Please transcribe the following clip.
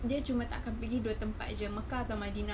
dia cuma takkan pergi dua tempat jer makkah atau madinah